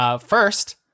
First